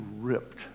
ripped